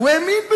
הוא האמין בזה,